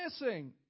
missing